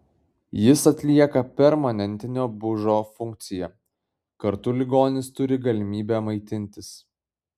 jis atlieka permanentinio bužo funkciją kartu ligonis turi galimybę maitintis